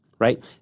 Right